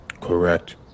correct